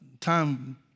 time